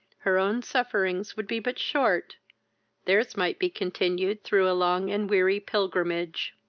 her own sufferings would be but short their's might be continued through a long and weary pilgrimage.